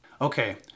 Okay